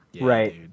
Right